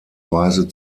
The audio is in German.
weise